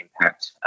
impact